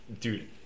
dude